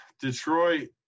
Detroit